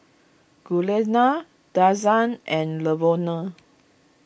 Giuliana Denzell and Lavonne